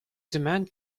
demandes